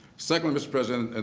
secondly, mr. president,